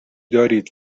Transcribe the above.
دارید